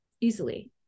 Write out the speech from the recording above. easily